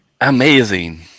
amazing